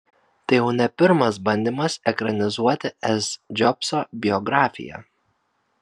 tai jau ne pirmas bandymas ekranizuoti s džobso biografiją